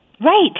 Right